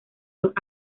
los